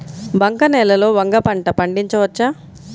బంక నేలలో వంగ పంట పండించవచ్చా?